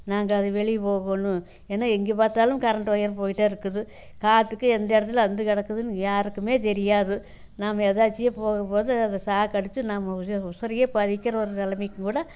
நாங்கள் அது வெளியே போகணும் ஏன்னா எங்கே பார்த்தாலும் கரெண்ட்டு ஒயர் போயிட்டு இருக்குது காற்றுக்கு எந்த இடத்துல அறுந்து கிடக்குதுனு யாருக்கும் தெரியாது நாம எதர்ச்சியாக போகும்போது அது சாக் அடித்து நம்ம உசுரையே பறிக்கிற ஒரு நிலமைக்கு கூட